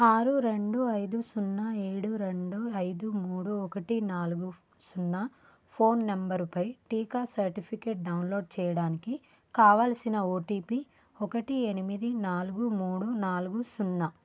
ఆరు రెండు ఐదు సున్నా ఏడు రెండు ఐదు మూడు ఒకటి నాలుగు సున్నా ఫోన్ నంబరుపై టీకా సర్టిఫికేట్ డౌన్లోడ్ చేయడానికి కావలసిన ఓటీపీ ఒకటి ఎనిమిది నాలుగు మూడు నాలుగు సున్నా